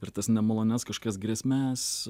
ir tas nemalonias kažkokias grėsmes